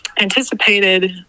anticipated